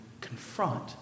confront